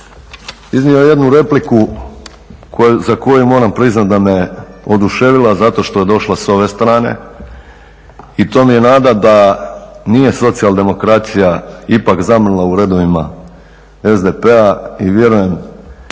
iznio jednu repliku za koju moram priznati da me oduševila zato što je došla s ove strane i to mi je nada da nije social-demokracija ipak zamrla u redovima SDP-a i vjerujem